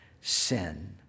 sin